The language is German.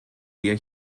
wir